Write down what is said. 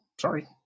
sorry